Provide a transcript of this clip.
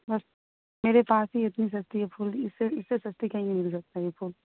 بس میرے پاس ہی اتنی سستی یہ پھول اس سے اس سے سستی کہیں نہیں مل سکتا یہ پھول